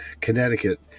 Connecticut